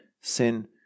sin